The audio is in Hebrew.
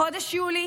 חודש יולי